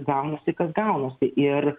gaunasi kas gaunasi ir